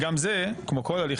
ובכל זאת